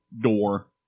door